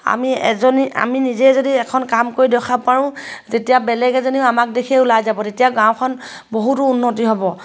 আমি এজনী আমি নিজে যদি এখন কাম কৰি দেখাব পাৰোঁ তেতিয়া বেলেগ এজনীও আমাক দেখিয়ে ওলাই যাব তেতিয়া গাঁওখন বহুতো উন্নতি হ'ব